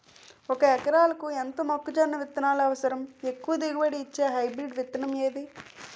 ఒక ఎకరాలకు ఎంత మొక్కజొన్న విత్తనాలు అవసరం? ఎక్కువ దిగుబడి ఇచ్చే హైబ్రిడ్ విత్తనం ఏది?